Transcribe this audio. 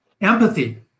empathy